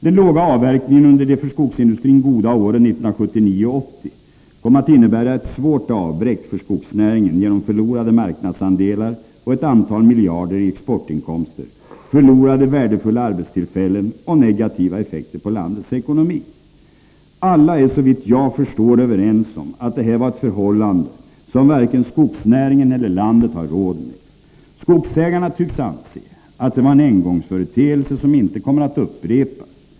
Den låga avverkningen under de för skogsindustrin goda åren 1979 och 1980 kom att innebära ett svårt avbräck för skogsnäringen genom förlorade marknadsandelar och ett antal miljarder i uteblivna exportinkomster samt förlorade värdefulla arbetstillfällen. Detta medförde negativa effekter på landets ekonomi. Alla är såvitt jag förstår överens om att det här var ett förhållande som varken skogsnäringen eller landet har råd med. Skogsägarna tycks anse att det var en engångsföreteelse, som inte kommer att upprepas.